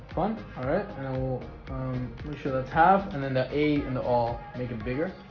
fine all right, you know we sure that's half and then the a and the all make it bigger